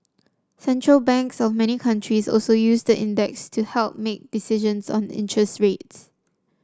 central banks of many countries also use the index to help make decisions on interest rates